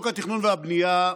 חוק התכנון והבנייה,